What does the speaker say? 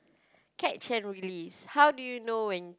catch and release how do you know when